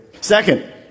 Second